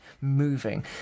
moving